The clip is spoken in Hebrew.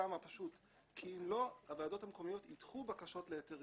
אם לא, הוועדות המקומיות ידחו בקשות להיתרים,